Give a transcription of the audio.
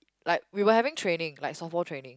like we were having training like softball training